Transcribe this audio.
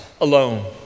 alone